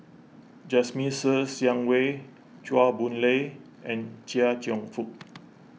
Jasmine Ser Xiang Wei Chua Boon Lay and Chia Cheong Fook